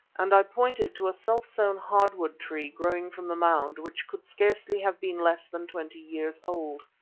and i pointed to a self-sown hardwood tree growing from the mound which could scarcely have been less than twenty years old.